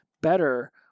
better